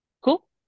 cool